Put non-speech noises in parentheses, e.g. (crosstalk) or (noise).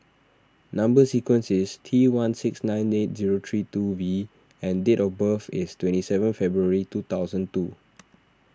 Number Sequence is T one six nine eight zero three two V and date of birth is twenty seven February two thousand and two (noise)